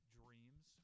dreams